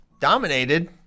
Dominated